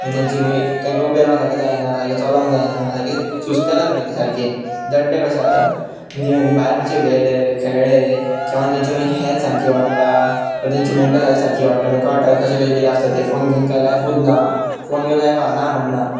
मागी तेंचे मागर तेंका उबे रावन सारकें जायना सारकें चलोवंक जायना सारकें सुस्तेतात मागीर ते सारके जड्डे कशे जातात म्हणजे भायर मात्शे गेले केळ्ळे किंवा तेंची मागीर हेल्थ सामकी वाडटा पण तेंची मेंटल हेल्थ सारकी वाडटा मागीर कळटा कशें कशें किं आसता तें फोन घेवन कांय लायफूच ना फोन घेवन लायफ आसा ना म्हणनाा